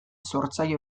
sortzaile